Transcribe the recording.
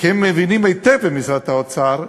כי הם מבינים היטב, במשרד האוצר,